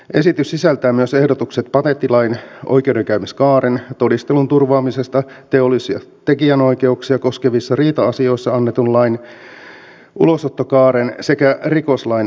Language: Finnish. esitys sisältää myös ehdotukset patenttilain oikeudenkäymiskaaren todistelun turvaamisesta teollis ja tekijänoikeuksia koskevissa riita asioissa annetun lain ulosottokaaren sekä rikoslain muuttamiseksi